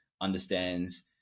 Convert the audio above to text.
understands